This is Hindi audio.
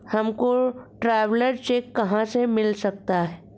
हमको ट्रैवलर चेक कहाँ से मिल सकता है?